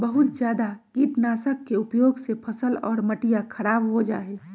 बहुत जादा कीटनाशक के उपयोग से फसल और मटिया खराब हो जाहई